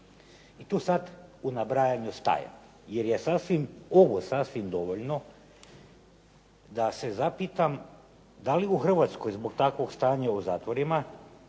I tu sad u nabrajanju stajem, jer je sasvim ovo sasvim dovoljno da se zapitam da li u Hrvatskog zbog takvog stanja u zatvorima